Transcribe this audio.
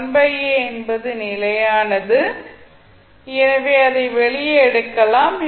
1a என்பது நிலையானது எனவே அதை வெளியே எடுக்கலாம்